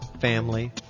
family